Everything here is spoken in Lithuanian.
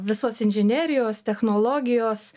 visos inžinerijos technologijos